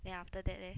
then after that leh